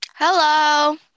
Hello